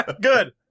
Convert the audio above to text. Good